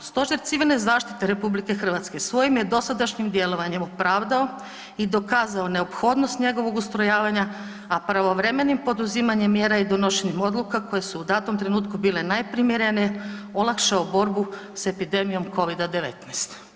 Stožer civilne zaštite Republike Hrvatske svojim je dosadašnjim djelovanjem opravdao i dokazao neophodnost njegovog ustrojavanja, a pravovremenim poduzimanjem mjera i donošenjem odluka koje su u datom trenutku bile najprimjerenije olakšao borbu s epidemijom COVID-19.